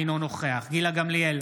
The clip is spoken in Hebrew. אינו נוכח גילה גמליאל,